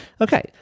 Okay